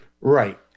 right